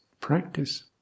practice